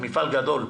זה מפעל גדול.